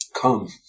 come